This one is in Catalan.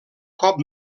cop